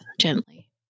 gently